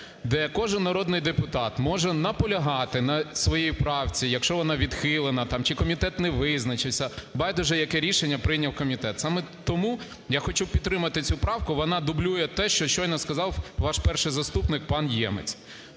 де кожен народний депутат може наполягати на своїй правці, якщо вона відхилена там, чи комітет не визначився – байдуже яке рішення прийняв комітет. Саме тому я хочу підтримати цю правку, вона дублює те, що щойно сказав ваш перший заступник пан Ємець.